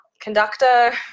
conductor